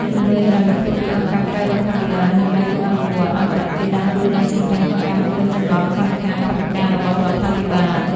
ជំនួយហិរញ្ញវត្ថុពីអង្គការមិក្រៅរដ្ឋាភិបាល និងដៃគូអភិវឌ្ឍន៍អន្តរជាតិដើរតួយ៉ាងសំខាន់ក្នុងការបំពេញចន្លោះខ្វះខាតថវិការបស់រដ្ឋាភិបាល។